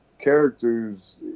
characters